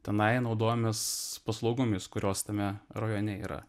tenai naudojamės paslaugomis kurios tame rajone yra